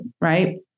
Right